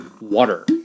water